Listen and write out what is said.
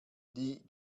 die